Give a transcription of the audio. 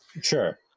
Sure